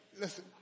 Listen